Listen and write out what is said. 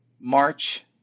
march